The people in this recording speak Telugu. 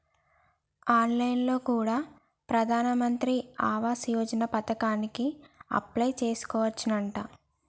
ఆన్ లైన్ లో కూడా ప్రధాన్ మంత్రి ఆవాస్ యోజన పథకానికి అప్లై చేసుకోవచ్చునంట